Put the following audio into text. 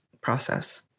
process